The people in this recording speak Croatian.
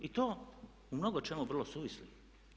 I to u mnogočemu vrlo suvislih.